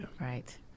Right